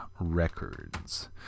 Records